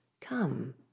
come